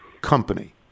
company